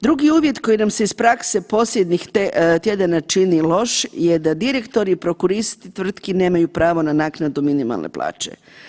Drugi uvjet koji nam se iz prakse posljednjih tjedana čini loš, je da direktori i prokuristi tvrtki nemaju pravo na naknadu minimalne plaće.